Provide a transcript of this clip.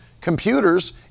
computers